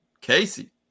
Casey